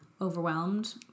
Overwhelmed